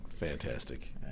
Fantastic